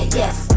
yes